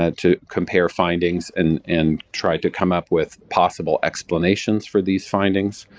ah to compare findings and and try to come up with possible explanations for these findings,